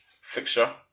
fixture